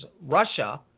Russia